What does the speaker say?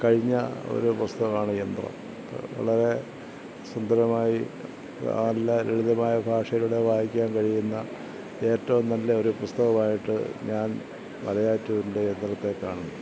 കഴിഞ്ഞ ഒരു പുസ്തകമാണ് യന്ത്രം വളരെ സുന്ദരമായി നല്ല ലളിതമായ ഭാഷയിലുടെ വായിക്കാൻ കഴിയുന്ന ഏറ്റവും നല്ല ഒരു പുസ്തകമായിട്ടു ഞാൻ മലയാറ്റൂരിൻ്റെ യന്ത്രത്തെ കാണുന്നു